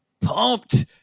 pumped